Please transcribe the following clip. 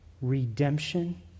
redemption